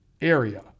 area